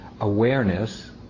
awareness